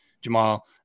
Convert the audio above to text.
Jamal